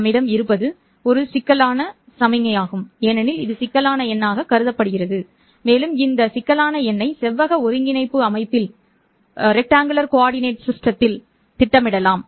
நம்மிடம் இருப்பது ஒரு சிக்கலான சமிக்ஞையாகும் ஏனெனில் இது சிக்கலான எண்ணாகக் குறிக்கப்படுகிறது மேலும் இந்த சிக்கலான எண்ணை செவ்வக ஒருங்கிணைப்பு அமைப்பில் திட்டமிடலாம்